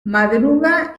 madruga